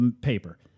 paper